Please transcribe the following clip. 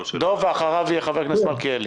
ואני בעצמי תעשיין.